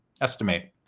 estimate